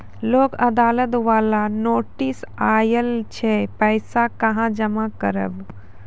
लोक अदालत बाला नोटिस आयल छै पैसा कहां जमा करबऽ?